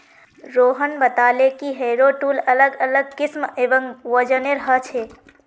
रोहन बताले कि harrow tool अलग अलग किस्म एवं वजनेर ह छे